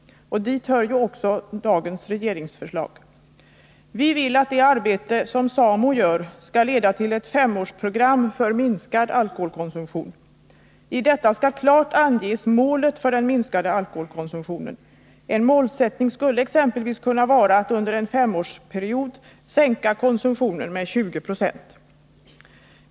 Dit hör ju också dagens regeringsförslag. Vi vill att det arbete som SAMO utför skall leda till ett femårsprogram för minskad alkoholkonsumtion. I detta skall klart anges målet för den minskade alkoholkonsumtionen. En målsättning skulle exempelvis kunna vara att under en femårsperiod sänka konsumtionen med 20 20.